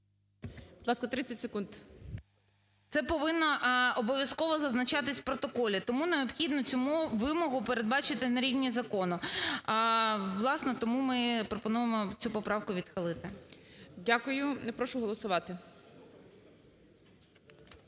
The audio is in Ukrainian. Будь ласка, 30 секунд. ПТАШНИК В.Ю. Це повинно обов'язково зазначатись в протоколі. Тому необхідно цю вимогу передбачити на рівні закону. Власне, тому ми пропонуємо цю поправку відхилити. ГОЛОВУЮЧИЙ. Дякую. Прошу голосувати.